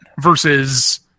versus